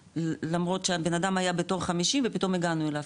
למרות הבנאדם היה בתור חמישים ופתאום הגענו אליו,